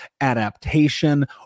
adaptation